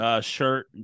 shirt